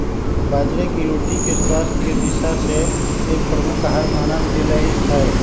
बाजरे के रोटी के स्वास्थ्य के दिशा से एक प्रमुख आहार मानल गयले है